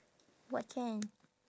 what can